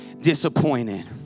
disappointed